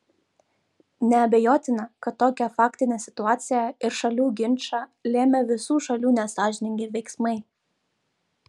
neabejotina kad tokią faktinę situaciją ir šalių ginčą lėmė visų šalių nesąžiningi veiksmai